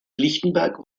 lichtenberg